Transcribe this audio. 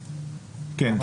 כן.